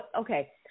okay